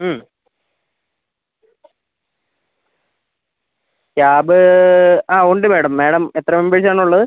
മ് ക്യാബ് ആ ഉണ്ട് മാഡം മാഡം എത്ര മെമ്പേഴ്സ് ആണ് ഉള്ളത്